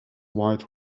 white